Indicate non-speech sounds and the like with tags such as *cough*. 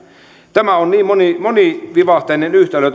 tämä suomen talouden tilanne on niin monivivahteinen yhtälö *unintelligible*